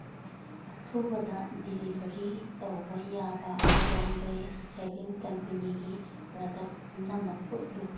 ꯑꯊꯨꯕꯗ ꯗꯤꯂꯤꯚꯔꯤ ꯇꯧꯕ ꯌꯥꯕ ꯕꯣꯝꯕꯦ ꯁꯦꯕꯤꯡ ꯀꯦꯝꯄꯤꯅꯤꯒꯤ ꯄ꯭ꯔꯗꯛ ꯄꯨꯝꯅꯃꯛ ꯎꯠꯂꯨ